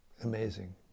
amazing